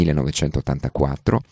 1984